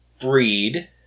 breed